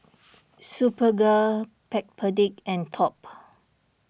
Superga Backpedic and Top